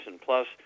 Plus